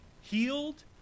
healed